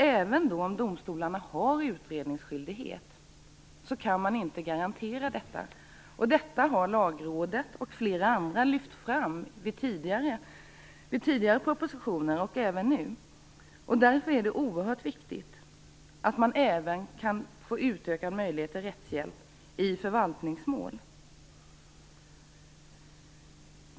Även om domstolarna har utredningsskyldighet kan man inte garantera detta. Det har Lagrådet och flera andra lyft fram vid tidigare propositioner och även nu. Därför är det oerhört viktigt att man även kan få utökad möjlighet till rättshjälp i förvaltningsmål.